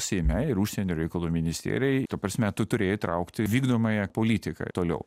seime ir užsienio reikalų ministerijoj ta prasme tu turėjai traukti vykdomąją politiką toliau